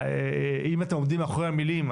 אם אתם עומדים מאחורי המילים,